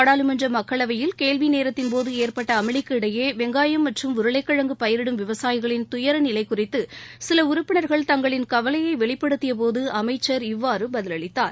நாடாளுமன்ற மக்களவையில் கேள்வி நேரத்தின்போது ஏற்பட்ட அமளிக்கு இடையே வெங்காயம் மற்றும் உருளைக்கிழங்கு பயிரிடும் விவசாயிகளின் துயர நிலை குறித்து சில உறுப்பினர்கள் தங்களின் கவலையை வெளிப்படுத்தியபோது அமைச்சர் இவ்வாறு பதிலளித்தார்